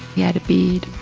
he had a beard.